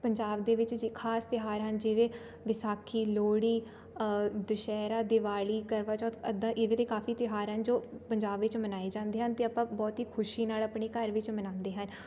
ਪੰਜਾਬ ਦੇ ਵਿੱਚ ਜੇ ਖਾਸ ਤਿਉਹਾਰ ਹਨ ਜਿਵੇਂ ਵਿਸਾਖੀ ਲੋਹੜੀ ਦੁਸਹਿਰਾ ਦਿਵਾਲੀ ਕਰਵਾ ਚੌਥ ਇੱਦਾਂ ਇਵੇਂ ਦੇ ਕਾਫੀ ਤਿਉਹਾਰ ਹਨ ਜੋ ਪੰਜਾਬ ਵਿੱਚ ਮਨਾਏ ਜਾਂਦੇ ਹਨ ਅਤੇ ਆਪਾਂ ਬਹੁਤ ਹੀ ਖੁਸ਼ੀ ਨਾਲ ਆਪਣੀ ਘਰ ਵਿੱਚ ਮਨਾਉਂਦੇ ਹਨ